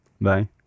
Bye